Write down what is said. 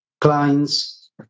clients